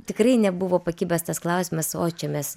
tikrai nebuvo pakibęs tas klausimas oi čia mes